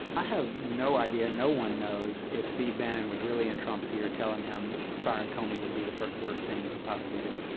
i have no idea no one knows if steve bannon was really in trump's ear, telling him firing comey would be the worst thing he could possibly do.